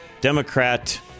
Democrat